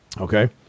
Okay